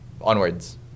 onwards